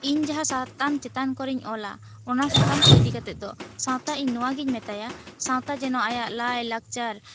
ᱤᱧ ᱡᱟᱦᱟᱸ ᱥᱟᱨᱛᱟᱢ ᱪᱮᱛᱟᱱ ᱠᱚᱨᱮᱧ ᱚᱞᱟ ᱚᱱᱟ ᱥᱟᱛᱟᱢ ᱠᱚ ᱤᱫᱤ ᱠᱟᱛᱮ ᱫᱚ ᱥᱟᱶᱛᱟ ᱫᱚ ᱱᱚᱣᱟ ᱜᱮᱧ ᱢᱮᱛᱟᱭᱟ ᱥᱟᱶᱛᱟ ᱡᱮ ᱱᱚᱣᱟ ᱟᱭᱟᱜ ᱞᱟᱭ ᱞᱟᱠᱪᱟᱨ